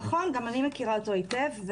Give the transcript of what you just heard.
נכון, גם אני מכירה אותו היטב.